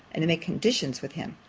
and to make conditions with him.